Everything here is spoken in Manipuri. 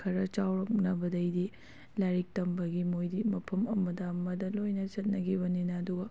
ꯈꯔ ꯆꯥꯎꯔꯛꯅꯕꯗꯩꯗꯤ ꯂꯥꯏꯔꯤꯛ ꯇꯝꯕꯒꯤ ꯃꯣꯏꯗꯤ ꯃꯐꯝ ꯑꯃꯗ ꯑꯃꯗ ꯂꯣꯏꯅ ꯆꯠꯅꯒꯤꯕꯅꯤꯅ ꯑꯗꯨꯒ